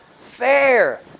fair